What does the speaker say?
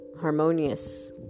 harmonious